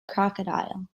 crocodile